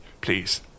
Please